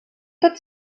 tot